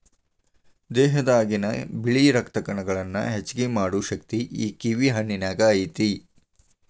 ದೇಹದಾಗಿನ ಬಿಳಿ ರಕ್ತ ಕಣಗಳನ್ನಾ ಹೆಚ್ಚು ಮಾಡು ಶಕ್ತಿ ಈ ಕಿವಿ ಹಣ್ಣಿನ್ಯಾಗ ಐತಿ